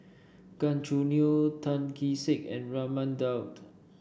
Gan Choo Neo Tan Kee Sek and Raman Daud